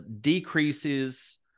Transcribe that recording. decreases